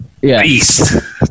beast